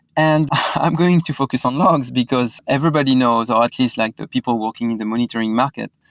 and i'm going to focus on logs, because everybody knows or at least like the people working in the monitoring market,